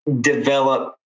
develop